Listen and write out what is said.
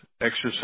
exercise